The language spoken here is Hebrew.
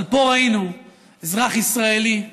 אבל פה ראינו אזרח ישראלי קרוע.